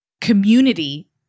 community